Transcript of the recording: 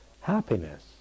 happiness